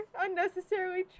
unnecessarily